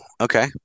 okay